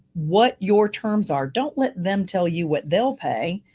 what your terms are. don't let them tell you what they'll pay.